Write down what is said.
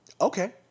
Okay